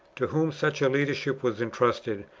to whom such a leader ship was entrusted,